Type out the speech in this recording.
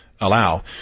allow